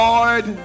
Lord